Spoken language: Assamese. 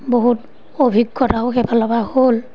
বহুত অভিজ্ঞতাও সেইফালৰ পৰা হ'ল